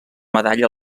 medalla